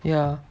ya